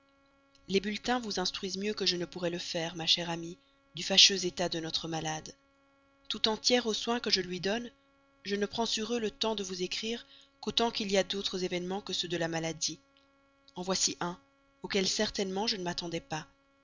les bulletins vous instruisent mieux que je ne pourrais le faire ma chère amie du fâcheux état de notre malade tout entière aux soins que je lui donne je ne prends sur eux le temps de vous écrire qu'autant qu'il y a d'autres événements que ceux de la maladie en voici un auquel certainement je ne m'attendais pas